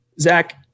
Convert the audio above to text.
Zach